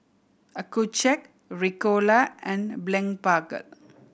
Accucheck Ricola and Blephagel